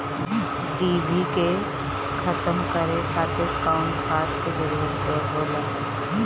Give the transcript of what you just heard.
डिभी के खत्म करे खातीर कउन खाद के जरूरत होला?